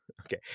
okay